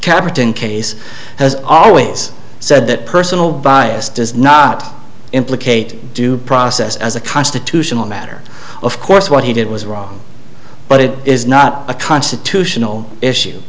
capitan case has always said that personal bias does not implicate due process as a constitutional matter of course what he did was wrong but it is not a constitutional issue